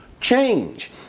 change